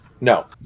No